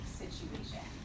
situation